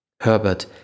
Herbert